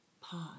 pause